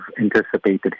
anticipated